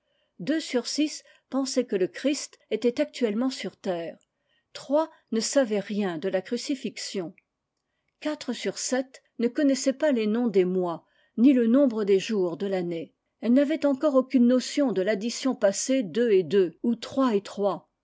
trois ne savaient rien de la crucifixion quatre sur sept ne connaissaient pas les noms des mois ni le nombre des jours de l'année elles n'avaient encore aucune notion de l'addition passé deux et deux ou trois et trois